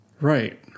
Right